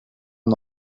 een